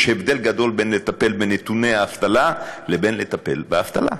יש הבדל גדול בין לטפל בנתוני האבטלה לבין לטפל באבטלה.